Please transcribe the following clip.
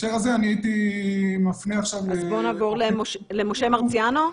בוא נעבור עכשיו למשה מרציאנו.